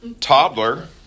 toddler